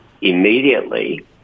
immediately